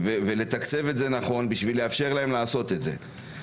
לתקצב את זה נכון בשביל לאפשר להם לעשות את זה.